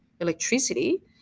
electricity